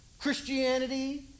christianity